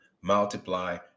multiply